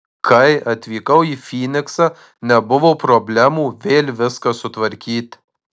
kai atvykau į fyniksą nebuvo problemų vėl viską sutvarkyti